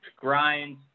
grind